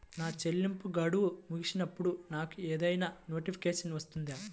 నా చెల్లింపు గడువు ముగిసినప్పుడు నాకు ఏదైనా నోటిఫికేషన్ వస్తుందా?